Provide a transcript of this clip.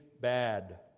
bad